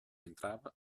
entrava